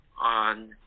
on